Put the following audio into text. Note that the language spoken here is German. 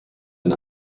ein